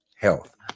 health